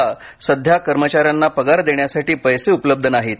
ला सध्या कर्मचाऱ्यांना पगार देण्यासाठी पैसे उपलब्ध नाहीत